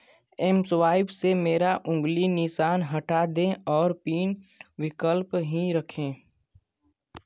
M swipe से मेरा उंगली निशान हटा दें और पिन विकल्प ही रखें